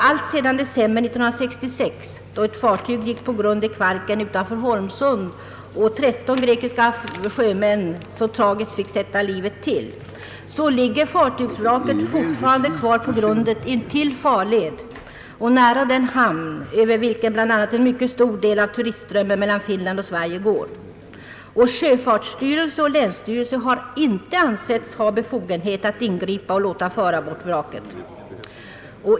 Alltsedan december 1966, då ett fartyg gick på grund i Kvarken utanför Holmsund och 13 grekiska sjömän så tragiskt fick sätta livet till, ligger fartygsvraket fortfarande kvar på grundet, intill farled och nära den hamn över vilken bland annat en mycket stor del av turistströmmen mellan Finland och Sverige går. Sjöfartsstyrelse och länsstyrelse har inte ansetts ha befogenhet att ingripa och låta föra bort vraket.